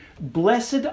Blessed